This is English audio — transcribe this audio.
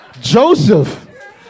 Joseph